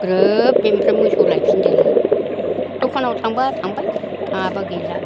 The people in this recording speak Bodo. ग्रोब बेनिफ्राय मोसौ लायफिनदोलाय दखानाव थांबा थांबाय थाङाबा गैला